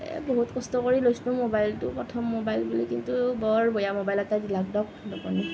এ বহুত কষ্ট কৰি লৈছিলোঁ ম'বাইলটো প্ৰথম ম'বাইল বুলি কিন্তু বৰ বেয়া ম'বাইল এটা দিলে দিয়ক দোকানীয়ে